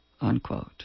Unquote